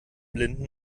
blinden